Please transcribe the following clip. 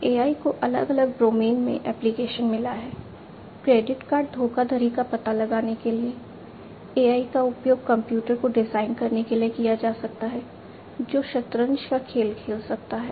AI को अलग अलग डोमेन में एप्लिकेशन मिला है क्रेडिट कार्ड धोखाधड़ी का पता लगाने के लिए AI का उपयोग कंप्यूटर को डिजाइन करने के लिए किया जा सकता है जो शतरंज का खेल खेल सकता है